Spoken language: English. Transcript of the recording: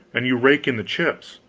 and you rake in the chips.